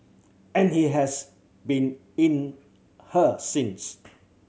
and he has been in her since